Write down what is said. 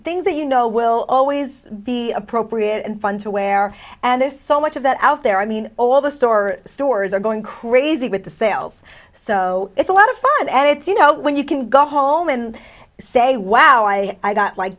things that you know will always be appropriate and fun to wear and there's so much of that out there i mean all the store stores are going crazy with the sales so it's a lot of fun and it's you know when you can go home and say wow i got like